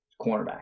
Cornerback